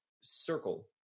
circle